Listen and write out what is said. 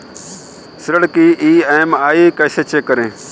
ऋण की ई.एम.आई कैसे चेक करें?